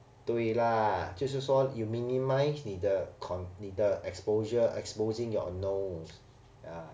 对啦就是说 you minimise 你的 con~ 你的 exposure exposing your nose ya